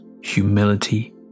humility